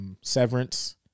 Severance